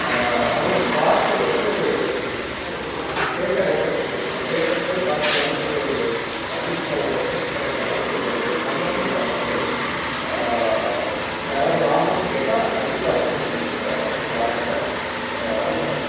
அதுவும் பாட்டு வந்து ஒரு ஒரு தேட்டர் எஃபெக்ட் லைக் நம்ம தேட்டருக்குப் போய் பார்க்குற அளவுக்கு ஒரு வீட்டில் ஒரு எஃபெக்ட் கிடைக்கிற அளவுக்கு ஒரு நல்ல பொருளாக இருக்குது அது யாராவது வாங்கணுன்னு கேட்டால் நான் கண்டிப்பாக ரெக்கமெண்ட் பண்ணுவேன் இந்த ப்ராடெக்ட்டை